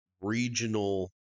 regional